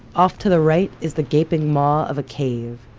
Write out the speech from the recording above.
off to the right is the gaping maw of a cave,